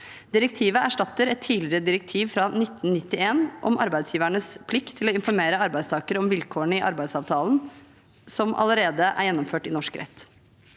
Direktivet erstatter et tidligere direktiv fra 1991, om arbeidsgivernes plikt til å informere arbeidstakere om vilkårene i arbeidsavtalen som allerede er gjennomført i norsk rett.